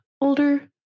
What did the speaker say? older